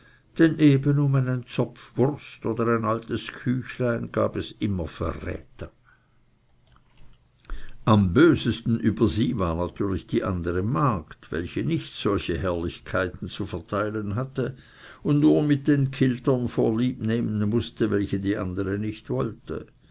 eben um einen zopfen wurst oder ein altes küchlein gab es immer verräter am bösesten über sie war natürlich die andere magd welche nicht solche herrlichkeiten zu verteilen hatte und nur mit den kiltern vorlieb nehmen mußte welche die andere nicht wollte